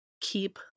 keep